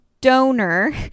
donor